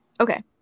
Okay